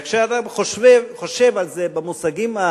עכשיו, אתה חושב על זה במושגים,